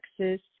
Texas